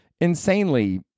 insanely